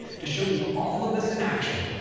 to show you all of this in action,